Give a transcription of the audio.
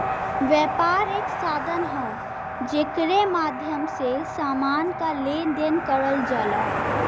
व्यापार एक साधन हौ जेकरे माध्यम से समान क लेन देन करल जाला